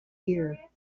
here